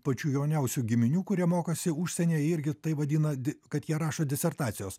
pačių jauniausių giminių kurie mokosi užsienyje irgi tai vadina di kad jie rašo disertacijos